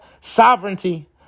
sovereignty